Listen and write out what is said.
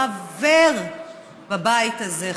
חבר בבית הזה,